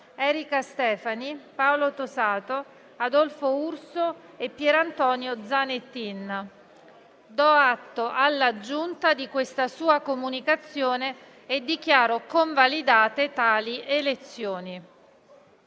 Erika Stefani, Paolo Tosato, Adolfo Urso e Pierantonio Zanettin. Do atto alla Giunta di questa sua comunicazione e dichiaro convalidate tali elezioni.